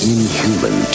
Inhuman